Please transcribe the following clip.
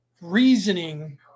reasoning